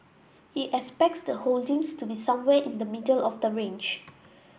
he expects the holdings to be somewhere in the middle of the range